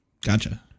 Gotcha